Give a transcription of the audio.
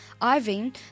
Ivan